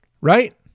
right